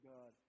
God